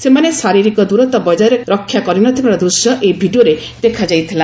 ସେମାନେ ଶାରୀରିକ ଦୂରତା ବଜାୟ ରକ୍ଷା କରିନଥିବାର ଦୂଶ୍ୟ ଏହି ଭିଡ଼ିଓରେ ଦେଖାଯାଇଥିଲା